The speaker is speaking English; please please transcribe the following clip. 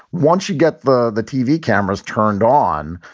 once you get the the tv cameras turned on,